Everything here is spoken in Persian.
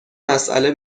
مسأله